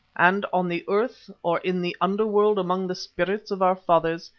and, on the earth or in the under-world among the spirits of our fathers,